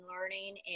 learning